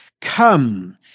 come